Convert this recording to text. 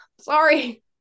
sorry